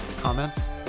comments